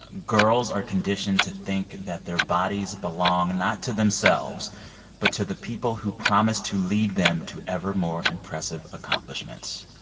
ah girls are conditioned to think that their bodies belong and not to themselves but to the people who promised to lead them to evermore impressive accomplishments.